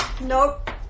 Nope